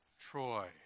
Troy